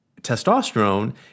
testosterone